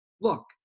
Look